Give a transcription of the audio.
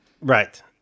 Right